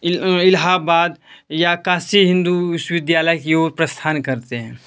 इल इलाहाबाद या काशी हिंदू विश्वविद्यालय की ओर प्रस्थान करते हैं